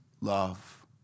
love